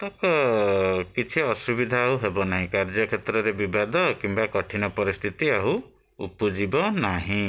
ତ କିଛି ଅସୁବିଧା ଆଉ ହେବନାହିଁ କାର୍ଯ୍ୟକ୍ଷେତ୍ରରେ ବିବାଦ କିମ୍ବା କଠିନ ପରିସ୍ଥିତି ଆଉ ଉପୁଜିବ ନାହିଁ